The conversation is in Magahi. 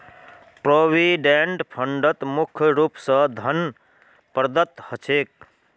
प्रोविडेंट फंडत मुख्य रूप स धन प्रदत्त ह छेक